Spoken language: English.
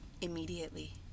Immediately